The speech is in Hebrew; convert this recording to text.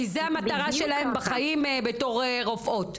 כי זו המטרה שלהן בחיים בתור רופאות.